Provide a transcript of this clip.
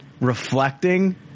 reflecting